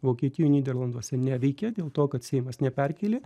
vokietijoj nyderlanduose neveikia dėl to kad seimas neperkėlė